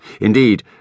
indeed